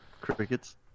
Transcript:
Crickets